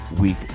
week